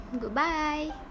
Goodbye